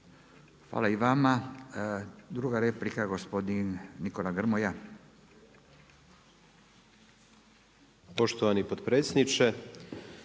Hvala i vama. Druga replika gospodin Nikola Grmoja. **Grmoja,